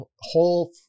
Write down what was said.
whole